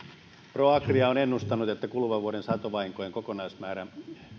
proagria on ennustanut että kuluvan vuoden satovahinkojen kokonaismäärä